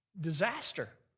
disaster